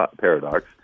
paradox